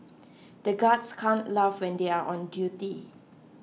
the guards can't laugh when they are on duty